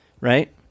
right